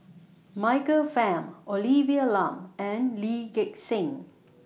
Michael Fam Olivia Lum and Lee Gek Seng